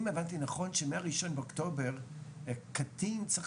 אם הבנתי נכון מה-1 באוקטובר קטין צריך